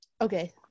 Okay